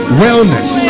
wellness